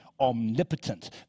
omnipotent